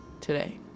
today